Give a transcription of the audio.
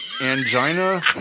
angina